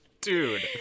Dude